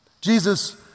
Jesus